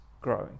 growing